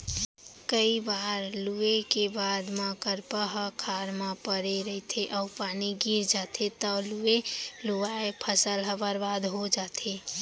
कइ बार लूए के बाद म करपा ह खार म परे रहिथे अउ पानी गिर जाथे तव लुवे लुवाए फसल ह बरबाद हो जाथे